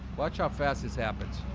watch how fast this happens